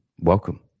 welcome